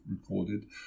recorded